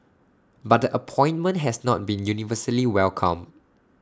but the appointment has not been universally welcomed